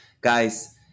guys